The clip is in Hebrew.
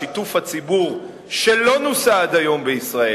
שיתוף הציבור שלא נוסה עד היום בישראל,